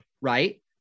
right